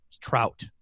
trout